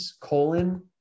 colon